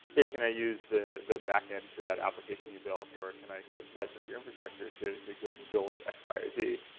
hey, can i use the the back end of that application you built or can i kind of license your infrastructure to to go build x, y, z?